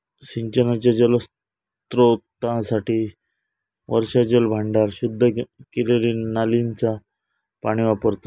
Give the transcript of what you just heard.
सिंचनाच्या जलस्त्रोतांसाठी वर्षाजल भांडार, शुद्ध केलेली नालींचा पाणी वापरतत